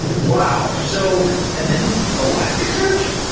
wow! so and then elasticsearch?